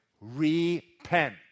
Repent